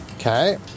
Okay